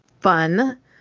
fun